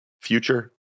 future